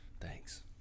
Thanks